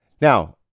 Now